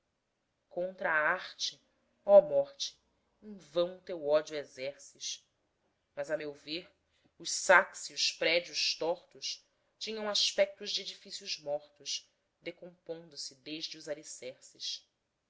contra a arte oh morte em vão teu ódio exerces mas a meu ver os sáxeos prédios tortos tinham aspectos de edifícios mortos decompondo se desde os alicerces